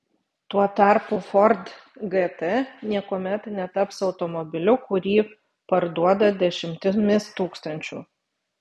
tuo tarpu ford gt niekuomet netaps automobiliu kurį parduoda dešimtimis tūkstančių